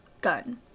gun